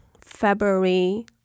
February